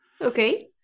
okay